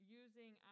using